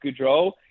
Goudreau